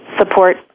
support